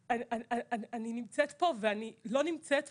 אני נמצאת פה ואני לא נמצאת פה.